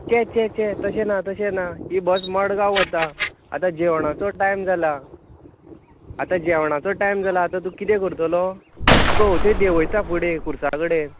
छे छे छे तशें ना तशें ना हा बस मडगांव वता आतां जेवणाचो टाय्म जाला आतां जेवणाचो टाय्म जाला आतां तूं कितें करतलो तुका हथंय देवयतां फुडें खुर्सा कडेन